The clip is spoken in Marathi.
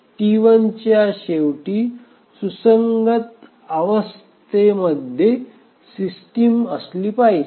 T1 च्या शेवटी सुसंगत अवस्थेमध्ये सिस्टम असली पाहिजे